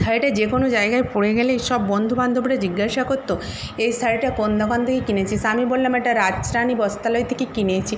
শাড়িটা যে কোনো জায়গায় পরে গেলেই সব বন্ধুবান্ধবরা জিজ্ঞাসা করত এই শাড়িটা কোন দোকান থেকে কিনেছিস আমি বললাম এটা রাজরানী বস্ত্রালয় থেকে কিনেছি